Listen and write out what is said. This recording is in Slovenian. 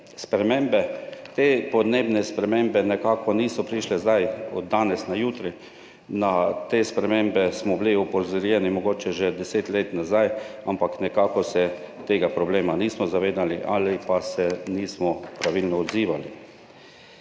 spremembe. Te podnebne spremembe nekako niso prišle zdaj, z danes na jutri. Na te spremembe smo bili opozorjeni mogoče že deset let nazaj, ampak nekako se tega problema nismo zavedali ali pa se nismo pravilno odzivali.